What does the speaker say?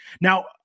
Now